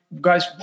guys